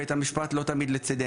בית המשפטי לא תמיד לצידנו,